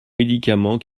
médicaments